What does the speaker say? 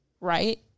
right